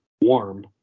warm